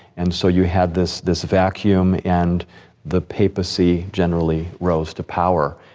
and so you had this this vacuum and the papacy generally rose to power.